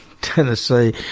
Tennessee